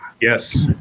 Yes